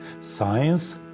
science